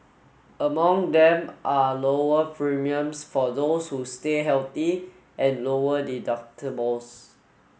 among them are lower premiums for those who stay healthy and lower deductibles